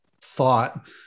thought